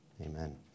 amen